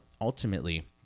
ultimately